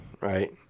right